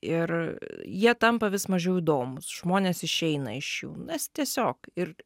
ir jie tampa vis mažiau įdomūs žmonės išeina iš jų nes tiesiog ir